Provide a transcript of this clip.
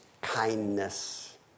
kindness